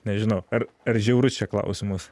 nežinau ar ar žiaurus čia klausimas